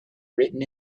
written